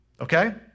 Okay